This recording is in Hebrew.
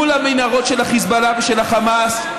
מול המנהרות של החיזבאללה ושל החמאס,